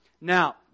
Now